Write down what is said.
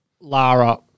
Lara